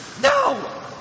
No